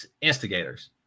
Instigators